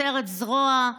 סרט זרוע,